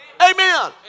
Amen